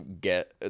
get